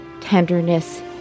tenderness